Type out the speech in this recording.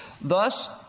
Thus